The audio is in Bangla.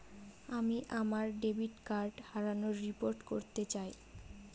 আমি আমার ডেবিট কার্ড হারানোর রিপোর্ট করতে চাই